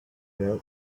there